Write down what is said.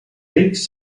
rics